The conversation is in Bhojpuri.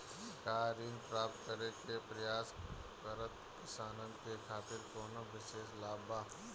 का ऋण प्राप्त करे के प्रयास करत किसानन के खातिर कोनो विशेष लाभ बा